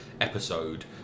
episode